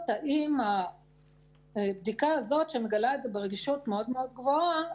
האם הבדיקה הזאת שמגלה את זה ברגישות מאוד גבוהה,